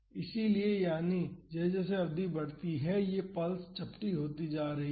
इसलिए यानी जैसे जैसे अवधि बढ़ती है यह पल्स चपटी होती जा रही है